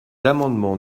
amendements